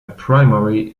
primary